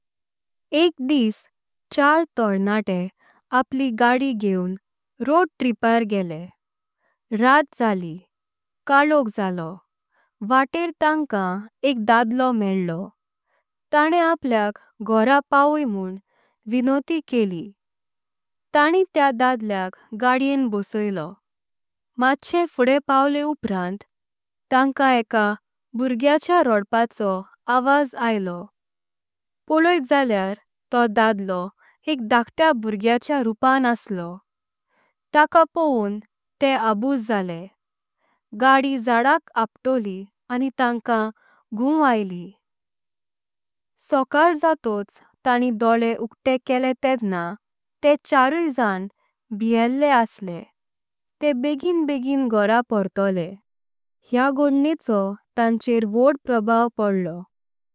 एक दिस चार तोरनाटे आपली गाडी घेऊन रोड त्रिपार गेले। रात जाली काळोख झाला वाटे तांका एक धडळो मेळलो। तांनेम आपल्याक घोरं पावई म्होण विनंती केली ताणें त्या। धडल्याक गाडीयें बसोइल्यो माशें फुडे पावल्यो उपरांत। तांका एक भुर्गेच्या रोडपाचो आवाज आयलो पळोइट जाल्यार। तो धडलो एक धाकतय भुर्गेच्या रूपांत असलो ताका पावून। ते अबुझ जाले गाडी झाडाक आपटली आनी तांकां गुण आइल्ली। सकाल जातोच ताणीं डोळे उगते केले तेडना ते चारुई जण भेटले असले। ते बितगेन घोरा पोर्तले हे गोडण्याचो तांचेवर वडो प्रभाव पडलो।